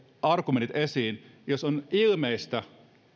argumentit esiin jos on ilmeistä